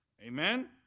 Amen